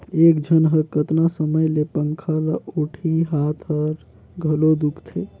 एक झन ह कतना समय ले पंखा ल ओटही, हात हर घलो दुखते